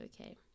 okay